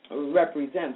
represents